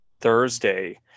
Thursday